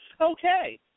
Okay